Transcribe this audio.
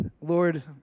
Lord